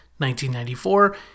1994